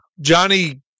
Johnny